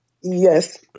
Yes